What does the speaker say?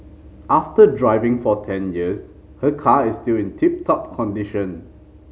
after driving for ten years her car is still in tip top condition